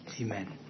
Amen